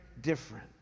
different